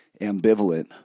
ambivalent